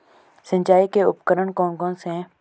सिंचाई के उपकरण कौन कौन से हैं?